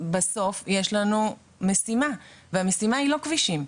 יש לנו משימה, והמשימה היא לא כבישים.